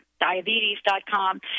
diabetes.com